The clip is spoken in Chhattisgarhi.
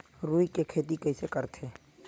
रुई के खेती कइसे करथे?